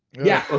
yeah,